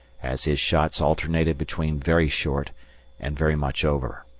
as his shots alternated between very short and very much over.